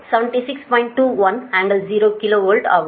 21 கோணம் 0 kilo volt ஆகும்